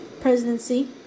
presidency